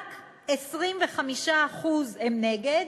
רק 25% הם נגד,